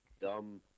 dumb